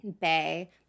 bay